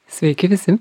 sveiki visi